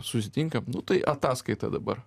susitinkam nu tai ataskaita dabar